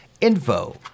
info